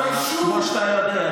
כמו שאתה יודע,